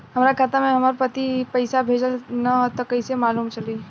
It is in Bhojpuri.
हमरा खाता में हमर पति पइसा भेजल न ह त कइसे मालूम चलि?